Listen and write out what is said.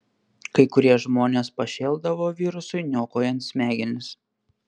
kai kurie žmonės pašėldavo virusui niokojant smegenis